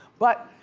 but